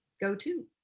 go-to